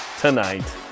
tonight